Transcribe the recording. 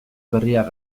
berriak